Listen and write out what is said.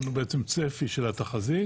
בעצם צפי של התחזית.